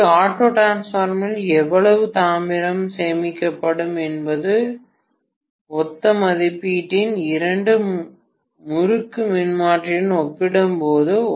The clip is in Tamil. ஒரு ஆட்டோ டிரான்ஸ்பார்மரில் எவ்வளவு தாமிரம் சேமிக்கப்படும் என்பது ஒத்த மதிப்பீட்டின் இரண்டு முறுக்கு மின்மாற்றியுடன் ஒப்பிடும்போது